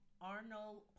arnold